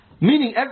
Meaning